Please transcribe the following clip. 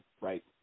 right